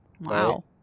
wow